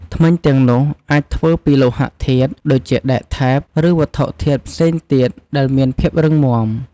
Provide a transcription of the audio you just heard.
ធ្មេញទាំងនោះអាចធ្វើពីលោហធាតុ ដូចជាដែកថែប ឬវត្ថុធាតុផ្សេងទៀតដែលមានភាពរឹងមាំ។